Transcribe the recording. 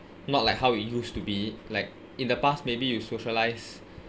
not like how it used to be like in the past maybe you socialise